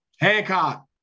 Hancock